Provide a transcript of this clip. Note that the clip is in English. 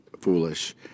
foolish